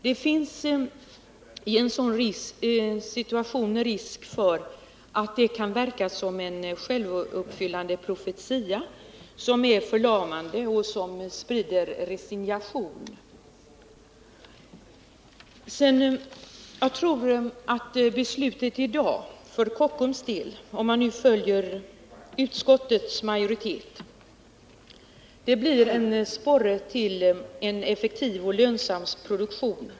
Det finns i en sådan situation risk för att det kan verka såsom en självuppfyllande profetia, som är förlamande och sprider resignation. Jag tror att beslutet i dag för Kockums del, om man nu följer utskottsmajoriteten, blir en sporre till en effektiv och lönsam produktion.